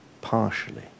partially